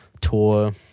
tour